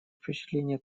впечатление